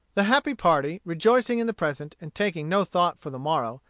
the happy party, rejoicing in the present, and taking no thought for the morrow,